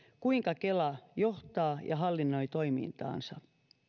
kuinka kela johtaa ja hallinnoi toimintaansa